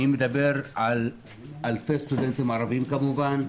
אני מדבר על אלפי סטודנטים ערבים כמובן,